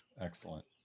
Excellent